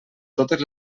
totes